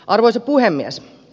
arvoisa puhemies